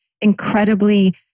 incredibly